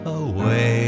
away